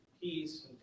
peace